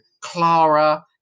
Clara